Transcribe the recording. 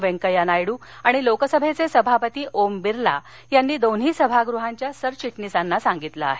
व्यंकय्या नायडू आणि लोकसभेचे सभापती ओम बिर्ला यांनी दोन्ही सभागृहांच्या सरचिटणीसांना सांगितलं आहे